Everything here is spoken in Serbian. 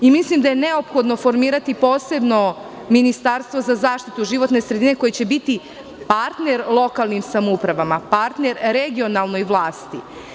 Mislim da je neophodno formirati posebno ministarstvo za zaštitu životne sredine koje će biti partner lokalnim samouprava, partner regionalnoj vlasti.